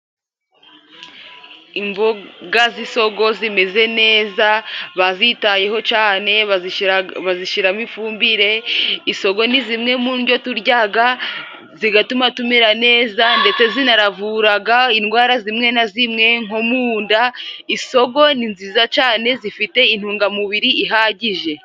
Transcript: Imboga z'isogo zimeze neza bazitayeho cane bazishiramo ifumbire, isogo ni zimwe mu ndyo turyaga zigatuma tumera neza ndetse zinaravuraga indwara zimwe na zimwe nko munda, isogo ni nziza cane zifite intungamubiri ihagije.